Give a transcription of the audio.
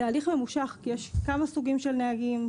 זה הליך ממושך כי יש כמה סוגים של נהגים,